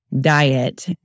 diet